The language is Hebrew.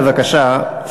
בבקשה,